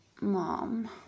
Mom